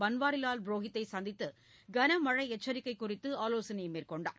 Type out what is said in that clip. பன்வாரிவால் புரோகித்தை சந்தித்து கனமழை எச்சரிக்கை குறித்த ஆலோசனை மேற்கொண்டார்